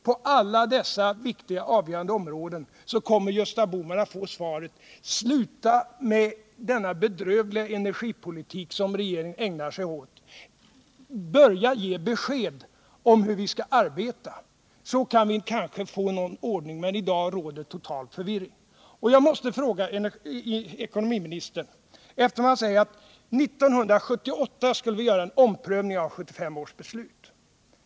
På alla dessa avgörande områden kommer Gösta Bohman att få svaret: Sluta med denna bedrövliga energipolitik som regeringen ägnar sig åt. Börja ge besked om hur vi skall arbeta, så kan vi kanske få någon ordning. I dag råder total förvirring. Jag måste ställa en fråga till ekonomiministern, eftersom han säger att vi 1978 skulle göra en omprövning av 1975 års beslut.